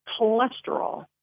cholesterol